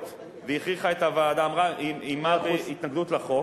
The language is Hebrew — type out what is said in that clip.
והכריחה את הוועדה איימה בהתנגדות לחוק.